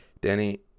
Danny